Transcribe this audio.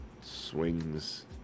swings